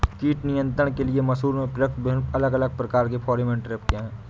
कीट नियंत्रण के लिए मसूर में प्रयुक्त अलग अलग प्रकार के फेरोमोन ट्रैप क्या है?